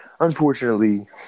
Unfortunately